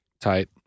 Tight